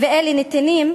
ואלה נתינים,